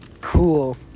Cool